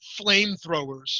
flamethrowers